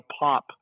pop